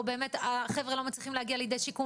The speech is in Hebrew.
או באמת החבר'ה לא מצליחים להגיע לידי שיקום